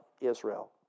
Israel